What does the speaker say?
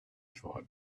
thought